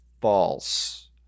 false